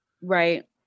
Right